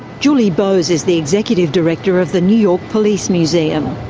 julie bose is the executive director of the new york police museum.